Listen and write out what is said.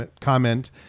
comment